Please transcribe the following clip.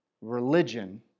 religion